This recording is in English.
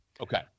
Okay